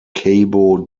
cabo